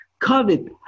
COVID